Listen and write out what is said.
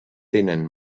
tenen